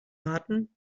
warten